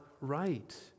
right